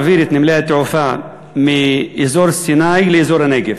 להעביר את נמלי התעופה מאזור סיני לאזור הנגב.